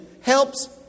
helps